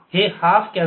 हे half cancel होते